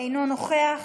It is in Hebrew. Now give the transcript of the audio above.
אינו נוכח,